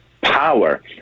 power